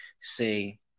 say